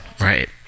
Right